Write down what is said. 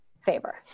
favor